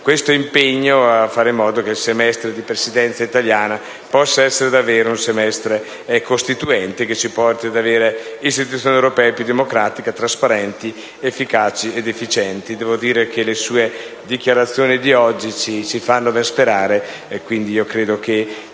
risoluzione a fare in modo che il semestre di Presidenza italiana possa essere davvero un semestre costituente, che ci porti ad avere istituzioni europee più democratiche, trasparenti, efficaci ed efficienti. Le sue dichiarazioni di oggi ci fanno ben sperare e credo che